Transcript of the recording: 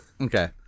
Okay